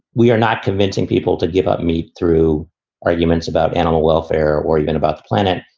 we are not convincing people to give up meat through arguments about animal welfare or even about the planet.